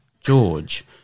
George